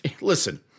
listen